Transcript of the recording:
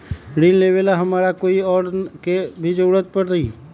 ऋन लेबेला हमरा कोई और के भी जरूरत परी?